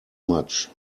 much